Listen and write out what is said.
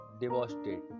devastated